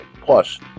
Plus